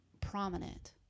prominent